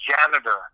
janitor